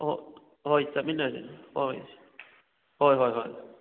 ꯑꯣ ꯍꯣꯏ ꯆꯠꯃꯤꯟꯅꯁꯤ ꯍꯣꯏ ꯍꯣꯏ ꯍꯣꯏ ꯍꯣꯏ ꯍꯣꯏ